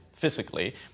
physically